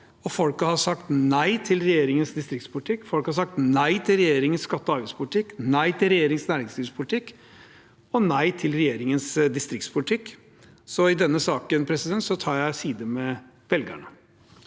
Folket har sagt nei til regjeringens distriktspolitikk. Folk har sagt nei til regjeringens skatte- og avgiftspolitikk, nei til regjeringens næringslivspolitikk og nei til regjeringens distriktspolitikk, så i denne saken tar jeg side med velgerne.